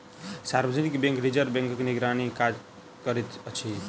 सार्वजनिक bank reserve बैंकक निगरानीमे काज करैत अछि